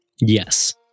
Yes